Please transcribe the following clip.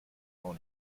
auch